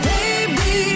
Baby